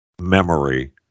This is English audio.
memory